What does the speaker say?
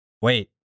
wait